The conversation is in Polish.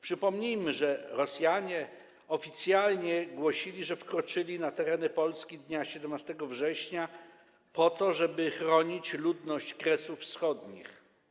Przypomnijmy, że Rosjanie oficjalnie głosili, że wkroczyli na tereny Polski dnia 17 września po to, żeby chronić ludność Kresów Wschodnich.